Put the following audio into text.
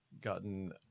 gotten